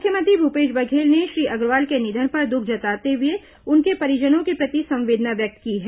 मुख्यमंत्री भूपेश बघेल ने श्री अग्रवाल के निधन पर दुख जताते हुए उनके परिजनों के प्रति संवेदना व्यक्त की है